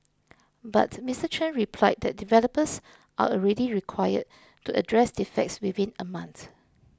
but Mister Chen replied that developers are already required to address defects within a month